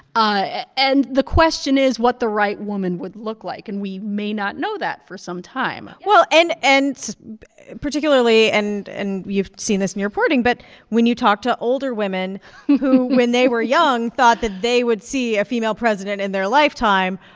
ah and the question is what the right woman would look like, and we may not know that for some time well, and and particularly and and you've seen this in your reporting, but when you talk to older women who, when they were young, thought that they would see a female president in their lifetime,